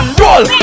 roll